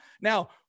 Now